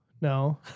no